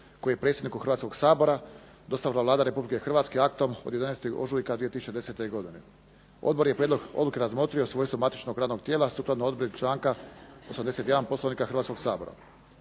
koji je predsjedniku Hrvatskoga sabora dostavila Vlada Republike Hrvatske aktom od 11. ožujka 2010. godine. Odbor je prijedlog odluke razmotrio u funkciji matičnog radnog tijelo sukladno odredbi članka 81. Poslovnika Hrvatskoga sabora.